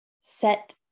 set